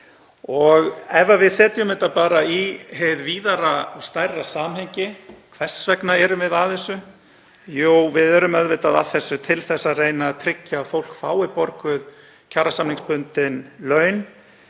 Ef við setjum þetta bara í víðara og stærra samhengi: Hvers vegna erum við að þessu? Jú, við erum auðvitað að þessu til að reyna að tryggja að fólk fái borguð kjarasamningsbundin laun,